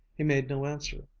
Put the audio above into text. he made no answer.